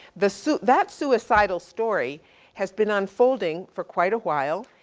the su, that suicidal story has been unfolding for quite a while,